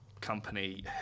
company